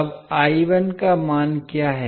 अब का मान क्या है